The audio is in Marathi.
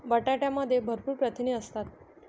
बटाट्यामध्ये भरपूर प्रथिने असतात